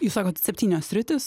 jūs sakot septynios sritys